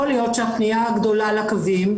יכול להיות שהפנייה הגדולה לקווים,